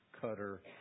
cutter